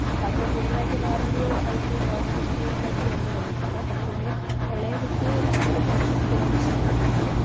അപ്പം അതിൽ കൂടുതലായിട്ട് വേറെ ഒരു പൈസയും ഗവൺമെൻറ് സ്കൂളിലേക്ക് ആയിട്ട് വേണ്ടി വന്നിട്ടില്ല പക്ഷേങ്കിൽ എളെ കുട്ടിയെ നമ്മൾ ഒരു പ്രൈവറ്റ് സ്കൂൾ ആണ് ചേർത്തിട്ടുള്ളത്